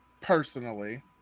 personally